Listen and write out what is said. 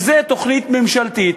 זו תוכנית ממשלתית,